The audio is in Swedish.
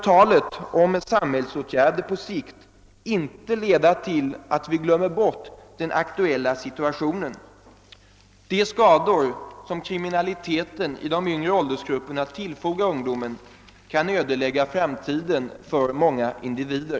Talet om samhällsåtgärder på sikt får därför inte leda till att vi glömmer bort den aktuella situationen. De skador som kriminalitet i yngre åldersgrupper tillfogar ungdomen kan ödelägga framtiden för många individer.